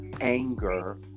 anger